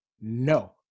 no